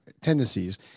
tendencies